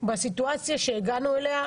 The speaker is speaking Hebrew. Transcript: ואלו נקודות האור שאני רוצה שנשמר.